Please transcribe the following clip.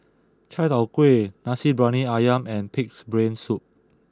Chai Tow Kuay Nasi Briyani Ayam and Pig'S Brain Soup